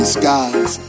skies